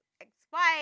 ex-wife